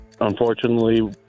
Unfortunately